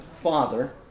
Father